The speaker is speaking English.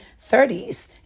30s